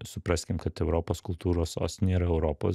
supraskim kad europos kultūros sostinė yra europos